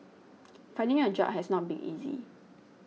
finding a job has not been easy